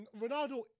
Ronaldo